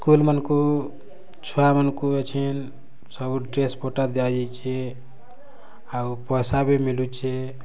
school ମାନକୁ ଛୁଆ ମାନକୁ ଏଛେନ୍ ସବୁ ଡ଼୍ରେସ୍ ପଟା ଦିଆଯାଇଛେ ଆଉ ପଏସା ବି ମିଲୁଛେ